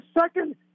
second